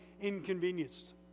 inconvenienced